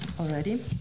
already